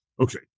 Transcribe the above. Okay